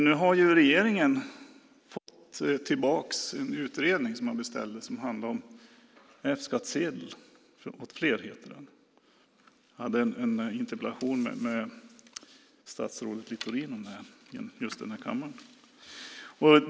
Nu har regeringen fått tillbaka en utredning som man har beställt som handlar om F-skatt åt flera , som den heter. Jag hade en interpellationsdebatt med statsrådet Littorin om detta i just den här kammaren.